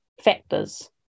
factors